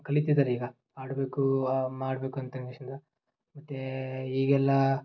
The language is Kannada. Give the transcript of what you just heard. ಕಲಿತಿದ್ದಾರೆ ಈಗ ಆಡಬೇಕು ಮಾಡಬೇಕು ಅಂತ ಮತ್ತು ಈಗೆಲ್ಲ